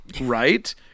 right